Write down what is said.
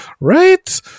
Right